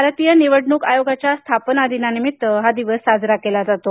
भारतीय निवडणूक आयोगाच्या स्थापना दिनानिमित्त हा दिवस साजरा केला जातो